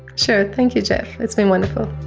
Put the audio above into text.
sure. thank you, jeff. it's been wonderful